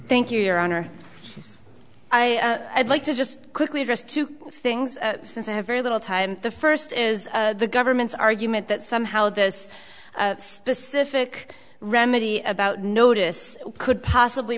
thank you your honor i would like to just quickly address two things since i have very little time the first is the government's argument that somehow this specific remedy about notice could possibly